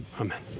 Amen